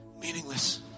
Meaningless